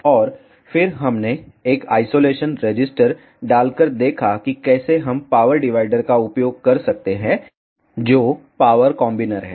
और फिर हमने एक आइसोलेशन रेसिस्टर डालकर देखा कि कैसे हम पावर डिवाइडर का उपयोग कर सकते हैं जो पावर कॉम्बिनर है